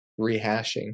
rehashing